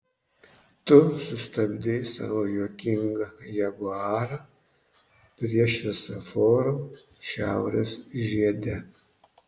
tu sustabdei savo juokingą jaguarą prie šviesoforo šiaurės žiede